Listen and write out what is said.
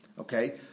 Okay